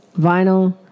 Vinyl